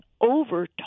over